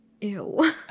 Ew